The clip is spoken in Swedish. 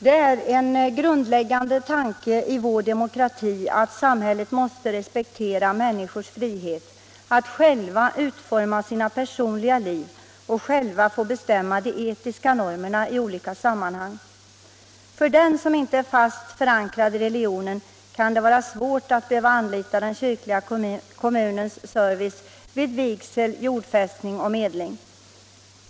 Det är en grundläggande tanke i vår demokrati att samhället måste respektera människors frihet att själva utforma sina personliga liv och själva bestämma de etiska normerna i olika sammanhang. För den som inte är fast förankrad i religionen kan det vara svårt att behöva anlita den kyrkliga kommunens service vid vigsel, jordfästning och medling.